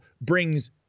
brings